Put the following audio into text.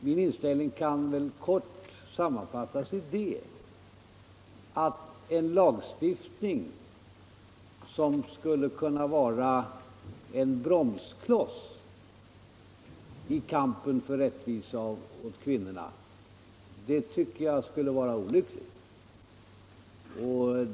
Min inställning kan väl kort sammanfattas så, att en lagstiftning som skulle kunna vara en bromskloss i kampen för rättvisa åt kvinnorna tycker jag vore olycklig.